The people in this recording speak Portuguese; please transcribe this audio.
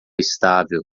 estável